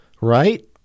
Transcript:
right